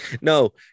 No